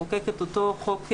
לחוקק את אותו חוק מסגרת,